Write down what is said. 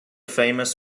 famous